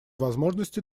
возможности